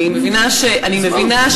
אני מבינה שהוחלפו.